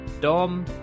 dom